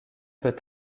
peut